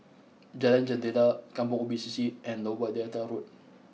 Jalan Jendela Kampong Ubi C C and Lower Delta Road